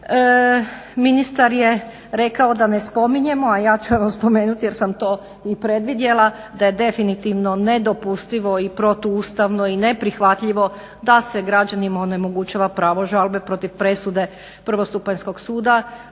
Ministar je rekao da ne spominjemo, a ja ću evo spomenuti jer sam to i previdjela da je definitivno nedopustivo i protuustavno i neprihvatljivo da se građanima onemogućava pravo žalbe protiv presude prvostupanjskog suda